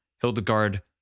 Hildegard